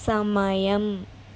సమయం